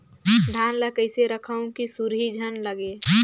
धान ल कइसे रखव कि सुरही झन लगे?